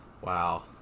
Wow